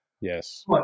yes